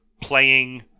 playing